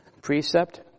Precept